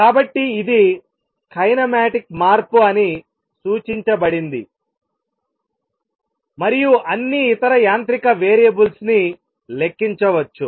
కాబట్టి ఇది కైనెమాటిక్ మార్పు అని సూచించబడింది మరియు అన్ని ఇతర యాంత్రిక వేరియబుల్స్ ని చరరాశులను లెక్కించవచ్చు